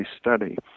study